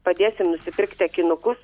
padėsim nusipirkti akinukus